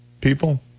people